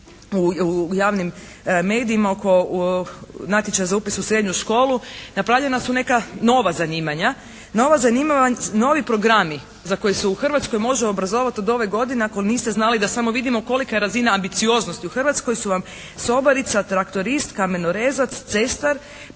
u javnim medijima oko natječaja za upis u srednju školu, napravljena su neka nova zanimanja. Nova zanimanja, novi programi za koji se u Hrvatskoj može obrazovati od ove godine ako niste znali da samo vidimo kolika je razina ambicioznosti u Hrvatskoj, su vam sobarica, traktorist, kamenorezac, cestar,